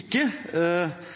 ikke. Ås kommune kommer ikke